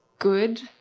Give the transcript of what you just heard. Good